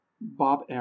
Bob